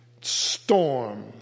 storm